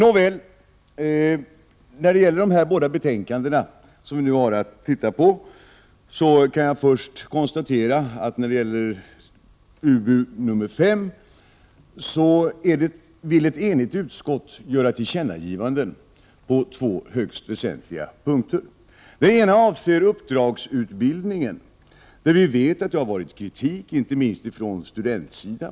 Av de två betänkanden som vi nu har att behandla kan jag först ta upp utbildningsutskottets betänkande nr 5. Ett enigt utskott vill där göra tillkännagivanden på två högst väsentliga punkter. Den ena avser uppdragsutbildningen, som det har riktats kritik emot, inte minst från studenthåll.